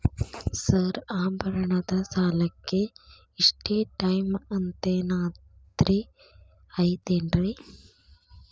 Sir ಆಭರಣದ ಸಾಲಕ್ಕೆ ಇಷ್ಟೇ ಟೈಮ್ ಅಂತೆನಾದ್ರಿ ಐತೇನ್ರೇ?